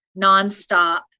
nonstop